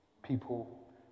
people